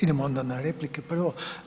Idemo onda na replike prvo.